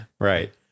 Right